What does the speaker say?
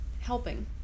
helping